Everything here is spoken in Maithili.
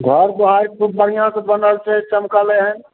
घर द्वारि खुब बढ़िआँ से बनल छै चमकलै हन